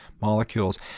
molecules